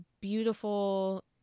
beautiful